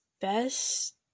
best